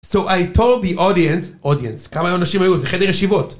So I told the audience, audience, כמה אנשים היו? זה חדר ישיבות.